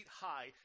high